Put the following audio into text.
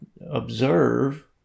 observe